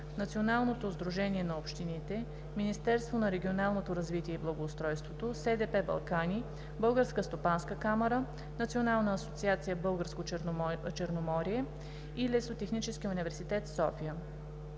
Националното сдружение на общините, Министерството на регионалното развитие и благоустройството, СДП „Балкани“, Българската стопанска камара, Националната асоциация „Българско Черноморие“ и Лесотехническия университет – София.